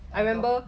where got